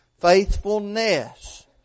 faithfulness